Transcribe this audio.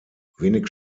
wenig